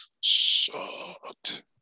sucked